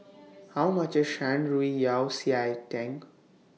How much IS Shan Rui Yao Cai Tang